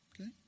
Okay